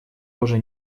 уже